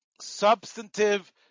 substantive